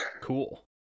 cool